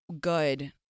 Good